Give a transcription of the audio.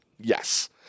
Yes